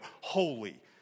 holy